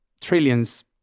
trillions